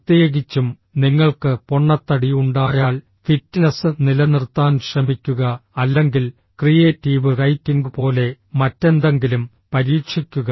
പ്രത്യേകിച്ചും നിങ്ങൾക്ക് പൊണ്ണത്തടി ഉണ്ടായാൽ ഫിറ്റ്നസ് നിലനിർത്താൻ ശ്രമിക്കുക അല്ലെങ്കിൽ ക്രിയേറ്റീവ് റൈറ്റിംഗ് പോലെ മറ്റെന്തെങ്കിലും പരീക്ഷിക്കുക